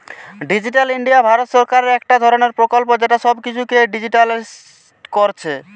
digital India ভারত সরকারের একটা ধরণের প্রকল্প যেটা সব কিছুকে ডিজিটালিসড কোরছে